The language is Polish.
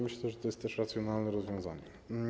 Myślę, że jest to racjonalne rozwiązanie.